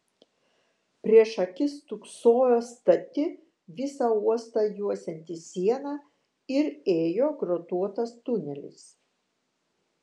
prieš akis stūksojo stati visą uostą juosianti siena ir ėjo grotuotas tunelis